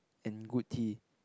and good tea